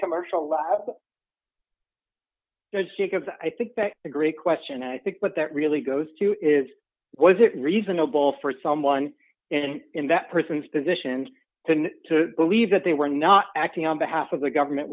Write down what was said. commercial lab because i think that a great question i think but that really goes to is was it reasonable for someone in that person's position to believe that they were not acting on behalf of the government